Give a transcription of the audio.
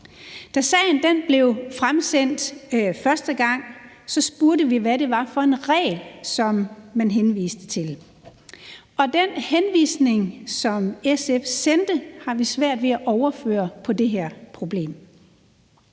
Da sagen blev fremsendt første gang, spurgte vi, hvad det var for en regel, som man henviste til. Og den henvisning, som SF sendte, har vi svært ved at overføre på det her problem.